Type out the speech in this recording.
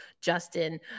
Justin